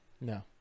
No